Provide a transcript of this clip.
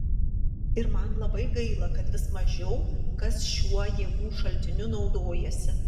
ir man labai gaila kad vis mažiau kas šiuo jėgų šaltiniu naudojasi